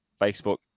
Facebook